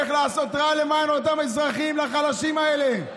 איך לעשות רע לאותם אזרחים, לחלשים האלה.